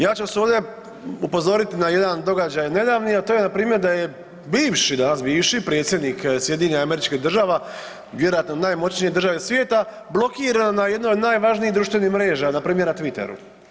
Ja ću vas ovdje upozoriti na jedan događaj nedavni, a to je npr. da je bivši, danas bivši predsjednik SAD-a vjerojatno najmoćnije države svijete, blokiran na jednoj od najvažnijih društvenih mreža npr. na Twitteru.